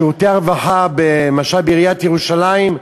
שירותי הרווחה, למשל בעיריית ירושלים,